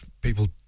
people